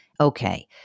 Okay